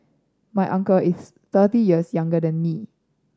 my uncle is thirty years younger than me